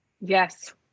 Yes